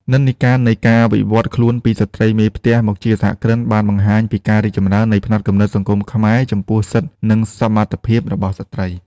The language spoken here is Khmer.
និន្នាការនៃការវិវត្តខ្លួនពីស្ត្រីមេផ្ទះមកជាសហគ្រិន បានបង្ហាញពីការរីកចម្រើននៃផ្នត់គំនិតសង្គមខ្មែរចំពោះសិទ្ធិ និងសមត្ថភាពរបស់ស្ត្រី។